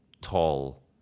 tall